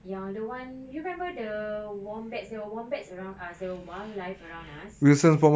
yang the one you remember the wombats there were wombats around us there were wildlife around us